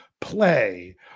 play